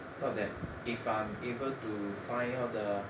thought that if I'm able to find out the